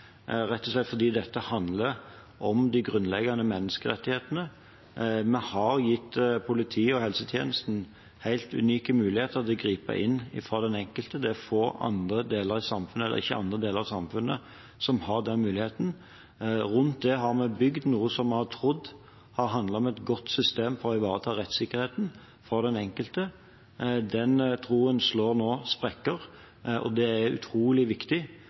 rett og slett fordi dette handler om de grunnleggende menneskerettighetene. Vi har gitt politiet og helsetjenesten helt unike muligheter til å gripe inn fra den enkeltes side. Det er ikke andre deler av samfunnet som har den muligheten. Rundt det har vi bygd noe som vi har trodd har handlet om et godt system for å ivareta rettssikkerheten for den enkelte. Den troen slår nå sprekker. Det er utrolig viktig